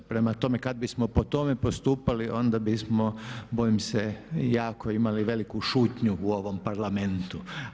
Prema tome, kad bismo po tome postupali onda bismo bojim se jako imali veliku šutnju u ovom Parlamentu.